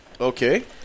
Okay